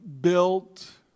built